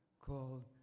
called